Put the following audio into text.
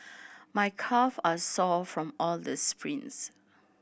my calve are sore from all the sprints